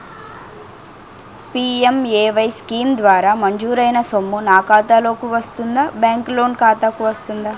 PMAY scheme ద్వారా మంజూరైన సొమ్ము నా ఖాతా కు వస్తుందాబ్యాంకు లోన్ ఖాతాకు వస్తుందా?